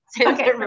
Okay